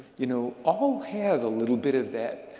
you know, all had a little bit of that